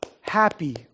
happy